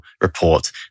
report